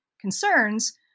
concerns